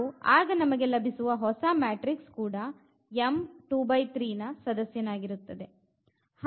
ಹಾಗು ಆಗ ನಮಗೆ ಲಭಿಸುವ ಹೊಸ ಮ್ಯಾಟ್ರಿಕ್ಸ್ ಕೂಡ ನ ಸದಸ್ಯನಾಗಿರುತ್ತದೆ